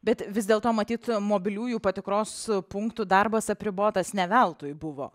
bet vis dėl to matyt mobiliųjų patikros punktų darbas apribotas ne veltui buvo